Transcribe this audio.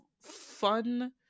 fun